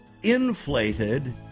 inflated